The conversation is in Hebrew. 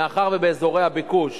מאחר שבאזורי הביקוש